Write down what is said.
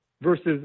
versus